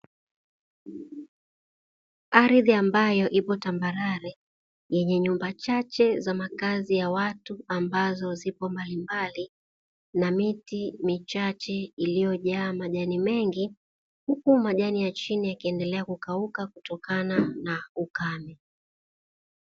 Ardhi ambayo ipo tambarare yenye nyumba chache za makazi ya watu ambazo zipo mbalimbali na miti michache iliyojaa majani mengi huku majani ya chini yakiendelea kukauka kutokana na ukame